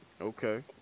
Okay